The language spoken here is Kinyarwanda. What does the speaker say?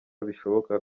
bishoboka